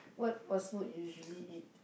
what fast-food you usually eat